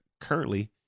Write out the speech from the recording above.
currently